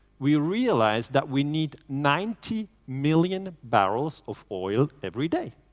we realize that we need ninety million barrels of oil every day.